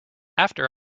after